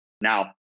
Now